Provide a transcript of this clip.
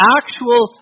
actual